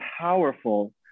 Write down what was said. powerful